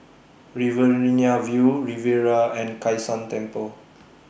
Riverina View Riviera and Kai San Temple